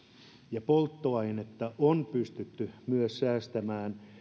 ja polttoainetta on pysytty myös säästämään